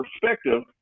perspective